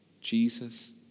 Jesus